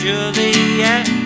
Juliet